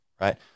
right